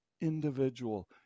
individual